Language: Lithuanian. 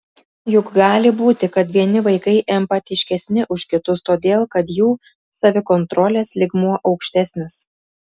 juk gali būti kad vieni vaikai empatiškesni už kitus todėl kad jų savikontrolės lygmuo aukštesnis